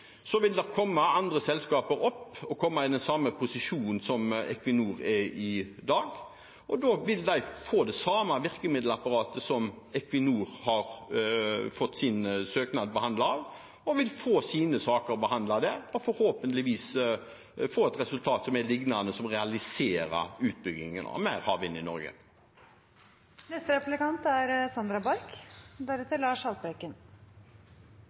Så vil det komme andre selskaper i samme posisjon som Equinor er i i dag, og da vil de få tilgang til det samme virkemiddelapparatet som Equinor har fått sin søknad behandlet av. De vil få sine saker behandlet der og forhåpentligvis få et resultat som er lignende, og som realiserer utbyggingen av mer havvind i